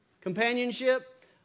Companionship